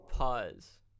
pause